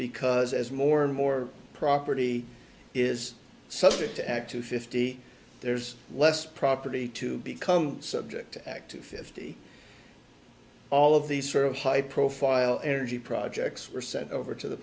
because as more and more property is subject to act to fifty there's less property to become subject to act fifty all of these sort of high profile energy projects were sent over to the